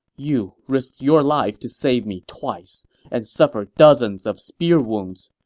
you risked your life to save me twice and suffered dozens of spear wounds.